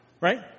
Right